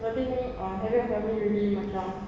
so I think um having a family really macam